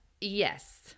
Yes